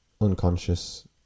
unconscious